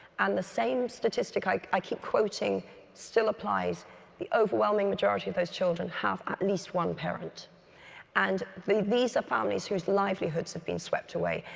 and the same statistic like i keep quoting still applies the overwhelming majority of those children have at least one parent and these are families whose livelihoods have been swept away.